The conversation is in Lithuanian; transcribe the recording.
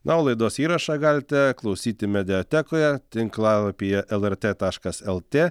na o laidos įrašą galite klausyti mediatekoje tinklalapyje lrt taškas lt